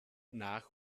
nach